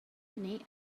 evening